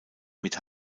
mit